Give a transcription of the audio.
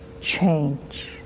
change